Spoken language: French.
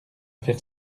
faire